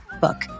book